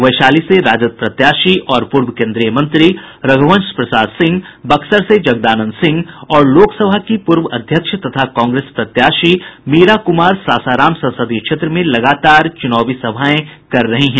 वैशाली से राजद प्रत्याशी और पूर्व केन्द्रीय मंत्री रघुवंश प्रसाद सिंह बक्सर से जगदानंद सिंह और लोकसभा की पूर्व अध्यक्ष तथा कांग्रेस प्रत्याशी मीरा कुमार सासाराम संसदीय क्षेत्र में लगातार चुनावी सभाएं कर रही हैं